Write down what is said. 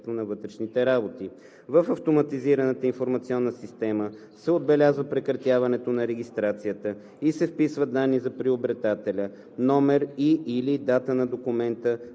на вътрешните работи. В автоматизираната информационна система се отбелязва прекратяването на регистрацията и се вписват данни за приобретателя, номер и/или дата на документа